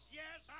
yes